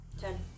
Ten